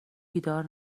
بیدار